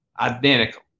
identical